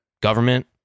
government